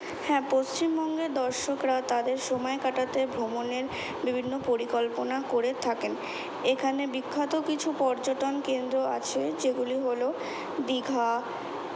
হ্যাঁ পশ্চিমবঙ্গে দর্শকরা তাদের সময় কাটাতে ভ্রমণের বিভিন্ন পরিকল্পনা করে থাকেন এখানে বিখ্যাত কিছু পর্যটন কেন্দ্র আছে যেগুলি হলো দিঘা